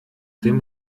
dem